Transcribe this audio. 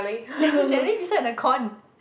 jelly beside the corn